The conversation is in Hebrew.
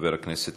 חבר הכנסת